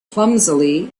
clumsily